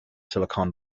silicon